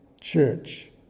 church